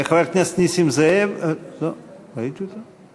חבר הכנסת נסים זאב, ראיתי אותו?